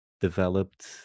developed